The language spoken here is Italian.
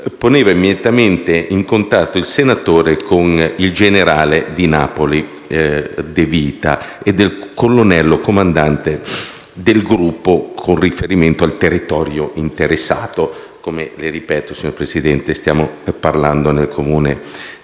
posto immediatamente il senatore Falanga in contatto con il generale di Napoli De Vita e con il colonnello comandante del gruppo con riferimento al territorio interessato (le ripeto, signor Presidente, che stiamo parlando del Comune